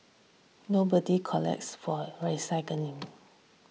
nobody collects for recycling